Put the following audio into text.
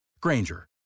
Granger